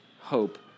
hope